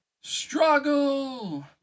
struggle